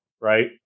right